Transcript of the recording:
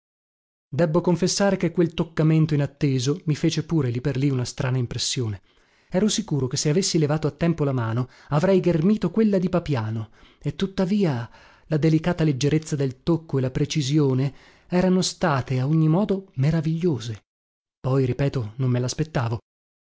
debbo confessare che quel toccamento inatteso mi fece pure lì per lì una strana impressione ero sicuro che se avessi levato a tempo la mano avrei ghermito quella di papiano e tuttavia la delicata leggerezza del tocco e la precisione erano state a ogni modo meravigliose poi ripeto non me